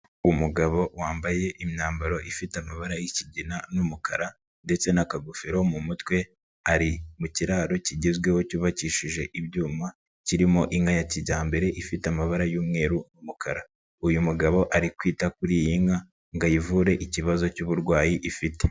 Umugabo wambaye imyambaro ifite amabara y'ikigina n'umukara ndetse n'akagofero mu mutwe, ari mu kiraro kigezweho cyubakishije ibyuma, kirimo inka ya kijyambere ifite amabara y'umweru n'umukara, uyu mugabo ari kwita kuri iyi nka ngo ayivure ikibazo cy'uburwayi ifite.